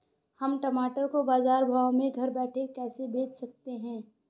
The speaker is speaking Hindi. हम टमाटर को बाजार भाव में घर बैठे कैसे बेच सकते हैं?